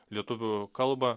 lietuvių kalbą